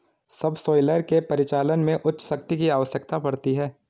subsoiler के परिचालन में उच्च शक्ति की आवश्यकता पड़ती है